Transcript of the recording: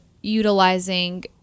utilizing